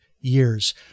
years